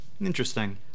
interesting